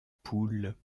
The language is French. poules